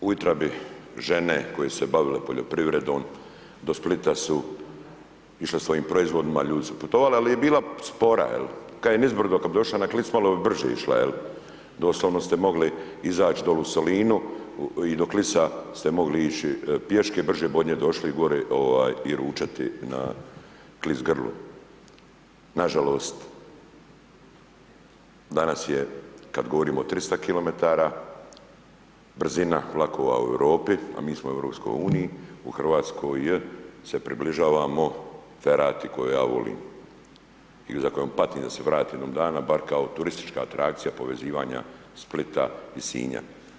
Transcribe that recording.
Ona bi ujutro bi žene koje su se bavili poljoprivredom do Splita su išli svojim proizvodima, ljudi su putovali, ali je bila spora, jel, kada je nizbrdo, kada bi došla na … bi brže išla, jel, doslovno ste mogli izaći dole u Solinu i do Klisa ste mogli ići, pješke brže bi do nje došli gore, i ručati na Klis grlu, nažalost, danas je kada govorimo o 300 km brzina vlakova u Europi, a mi smo u EU, u Hrvatskoj se približavamo ferati koju ja volim i za koju patim da se vrati jednog dana bar kao turistička atrakcija povezivanja Splita i Sinja.